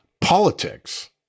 Politics